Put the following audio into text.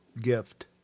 gift